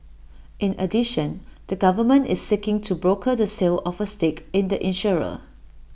in addition the government is seeking to broker the sale of A stake in the insurer